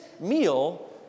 meal